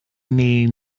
need